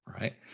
right